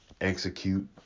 execute